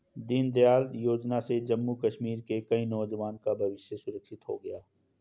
दीनदयाल योजना से जम्मू कश्मीर के कई नौजवान का भविष्य सुरक्षित हो गया